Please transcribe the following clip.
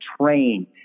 train